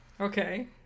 Okay